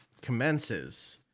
commences